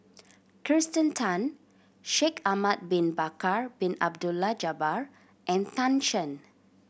Kirsten Tan Shaikh Ahmad Bin Bakar Bin Abdullah Jabbar and Tan Shen